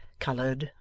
coloured,